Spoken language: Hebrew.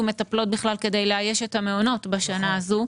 מטפלות בכלל כדי לאייש את המעונות בשנה הזו,